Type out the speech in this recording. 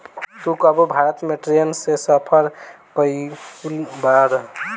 तू कबो भारत में ट्रैन से सफर कयिउल बाड़